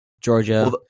Georgia